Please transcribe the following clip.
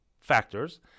factors